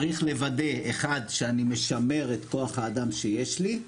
צריך לוודא: אחד, שאני משמר את כוח האדם שיש לי.